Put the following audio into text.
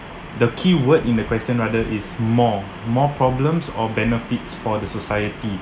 the keyword in the question rather is more more problems or benefits for the society